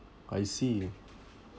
I see